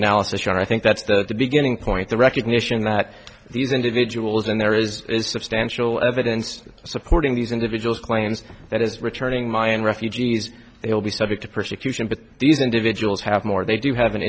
analysis and i think that's the beginning point the recognition that these individuals and there is substantial evidence supporting these individuals claims that is returning my own refugees they will be subject to persecution but these individuals have more they do have an